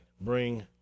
bring